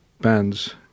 bands